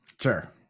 sure